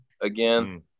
again